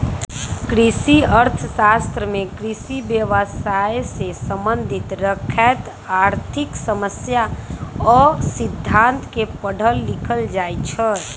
कृषि अर्थ शास्त्र में कृषि व्यवसायसे सम्बन्ध रखैत आर्थिक समस्या आ सिद्धांत के पढ़ल लिखल जाइ छइ